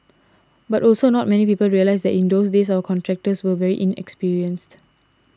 but also not many people realise that in those days our contractors were very inexperienced